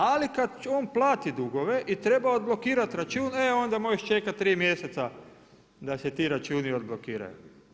Ali kad on plati dugove i treba odblokirati račun, e onda možeš čekati tri mjeseca da se ti računi odblokiraju.